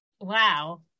Wow